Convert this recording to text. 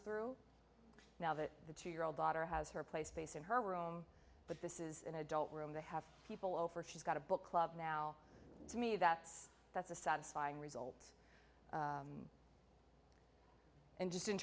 through now that the two year old daughter has her place place in her room but this is an adult room to have people over she's got a book club now to me that's that's a satisfying result and just in